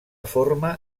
forma